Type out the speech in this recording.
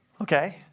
Okay